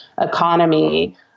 economy